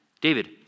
David